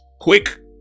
quick